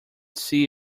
see